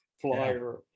flyer